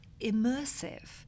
immersive